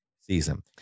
season